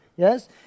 Yes